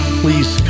please